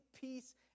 peace